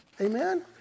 Amen